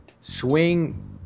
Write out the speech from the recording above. swing